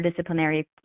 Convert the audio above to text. interdisciplinary